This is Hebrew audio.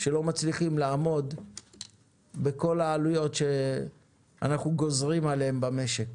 שלא מצליחים לעמוד בכל העלויות שאנחנו גוזרים עליהם במשק.